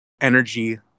energy